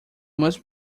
must